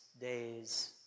days